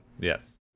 Yes